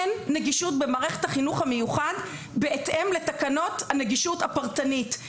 אין נגישות במערכת החינוך המיוחד בהתאם לתקנות הנגישות הפרטנית.